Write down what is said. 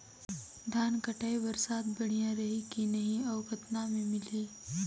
धान कटाई बर साथ बढ़िया रही की नहीं अउ कतना मे मिलही?